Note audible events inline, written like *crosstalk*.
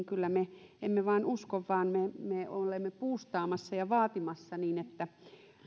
*unintelligible* kyllä vain usko vaan me olemme buustaamassa ja vaatimassa sitä että